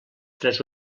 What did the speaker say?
tres